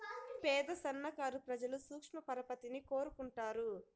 పేద సన్నకారు ప్రజలు సూక్ష్మ పరపతిని కోరుకుంటారు